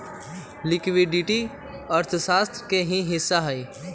liquidity अर्थशास्त्र के ही हिस्सा हई